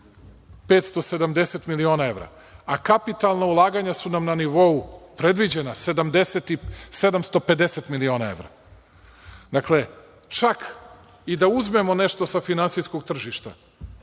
570 miliona evra, a kapitalna ulaganja su nam na nivou predviđena na 750 miliona evra. Dakle, čak i da uzmemo nešto sa finansijskog tržišta,